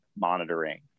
monitoring